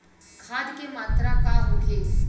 खाध के मात्रा का होखे?